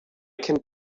can